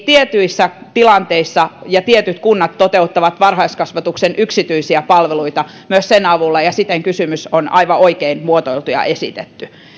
tietyissä tilanteissa tietyt kunnat toteuttavat varhaiskasvatuksen yksityisiä palveluita myös yksityisen hoidon tuen avulla ja siten kysymys on aivan oikein muotoiltu ja esitetty